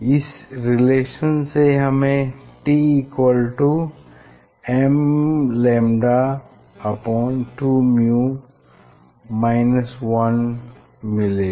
इस रिलेशन से हमें t mλ2µ 1 मिलेगा